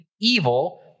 evil